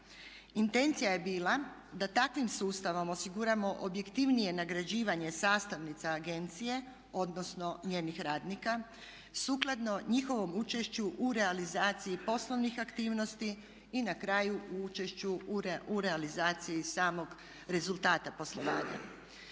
Intencija je bila da takvim sustavom osiguramo objektivnije nagrađivanje sastavnica agencije, odnosno njenih radnika sukladno njihovom učešću u realizaciji poslovnih aktivnosti i na kraju u učešću u realizaciji samog rezultata poslovanja.